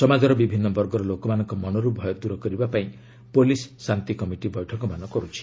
ସମାଜର ବିଭିନ୍ନ ବର୍ଗର ଲୋକମାନଙ୍କ ମନରୁ ଭୟ ଦୂର କରିବା ପାଇଁ ପୁଲିସ୍ ଶାନ୍ତି କମିଟି ବୈଠକମାନ କର୍ ଛି